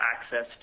access